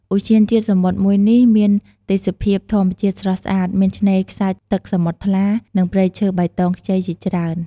ឧទ្យានជាតិសមុទ្រមួយនេះមានទេសភាពធម្មជាតិស្រស់ស្អាតមានឆ្នេរខ្សាច់ទឹកសមុទ្រថ្លា និងព្រៃឈើបៃតងខ្ចីជាច្រើន។